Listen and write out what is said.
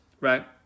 right